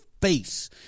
face